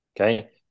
Okay